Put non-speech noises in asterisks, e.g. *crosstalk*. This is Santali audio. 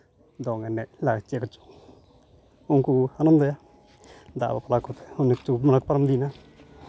ᱫᱚᱝ ᱮᱱᱮᱡ ᱟᱨ ᱪᱮᱫ ᱠᱚᱪᱚᱝ ᱩᱱᱠᱩ ᱠᱚ ᱟᱱᱚᱱᱫᱚᱭᱟ ᱫᱟᱜ ᱵᱟᱯᱞᱟ ᱠᱟᱛᱮᱫ *unintelligible* ᱯᱟᱨᱚᱢ ᱤᱫᱤᱭᱮᱱᱟ